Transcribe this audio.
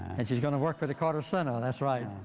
and she's going to work for the carter center. that's right.